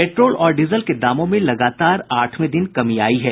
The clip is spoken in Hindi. पेट्रोल और डीजल के दामों में लगातार आठवें दिन कमी आयी है